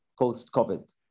Post-COVID